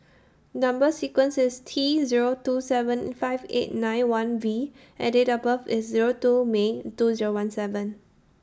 Number sequence IS T Zero two seven five eight nine one V and Date of birth IS Zero two May two Zero one seven